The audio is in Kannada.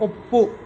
ಒಪ್ಪು